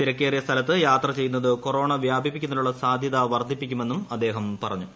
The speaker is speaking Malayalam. തിരക്കേറിയ സ്ഥലത്ത് യാത്ര ചെയ്യുന്നത് കൊറോണ വ്യാപിപ്പിക്കുന്നതിനുള്ള സാധൃത വർദ്ധിപ്പിക്കുമെന്നും അദ്ദേഹം പറഞ്ഞു